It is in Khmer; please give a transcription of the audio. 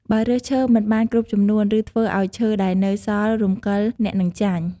បើរើសឈើមិនបានគ្រប់ចំនួន ឬធ្វើឲ្យឈើដែលនៅសល់រំកិលអ្នកនឹងចាញ់។